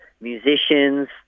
musicians